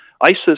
ISIS